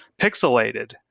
pixelated